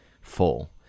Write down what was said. full